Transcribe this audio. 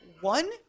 one